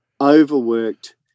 overworked